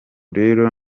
rero